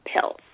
pills